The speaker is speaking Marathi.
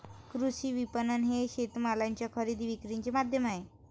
कृषी विपणन हे शेतमालाच्या खरेदी विक्रीचे माध्यम आहे